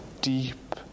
deep